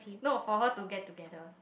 no for her to get together